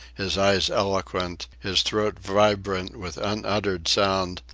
his eyes eloquent, his throat vibrant with unuttered sound,